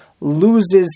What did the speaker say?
loses